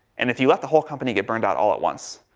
and if you let the whole company get burned out all at once,